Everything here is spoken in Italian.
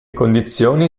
condizioni